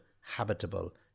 habitable